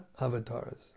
Avatars